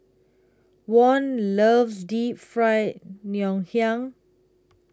Von loves Deep Fried Ngoh Hiang